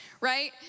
right